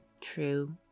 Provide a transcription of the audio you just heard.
true